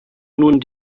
nun